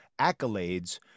accolades